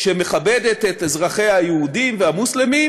שמכבדת את אזרחיה היהודים והמוסלמים,